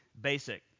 basic